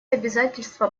обязательства